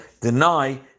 deny